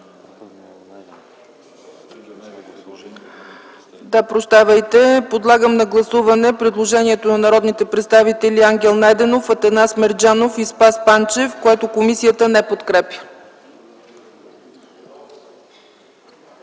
Прощавайте. Подлагам на гласуване предложението на народните представители Ангел Найденов, Атанас Мерджанов и Спас Панчев, което комисията не подкрепя.